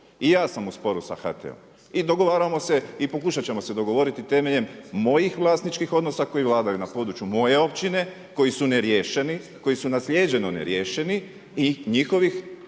I ja sam u sporu sa HT-om i dogovaramo se i pokušat ćemo se dogovoriti temeljem mojih vlasničkih odnosa koji vladaju na području moje općine koji su neriješeni, koji su naslijeđeno neriješeni i njihovih